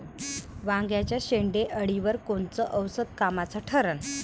वांग्याच्या शेंडेअळीवर कोनचं औषध कामाचं ठरन?